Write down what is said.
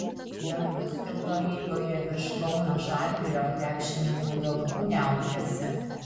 dangus eurolygoje virš kauno žalgirio krepšininkų galvų niaukiasi